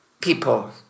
people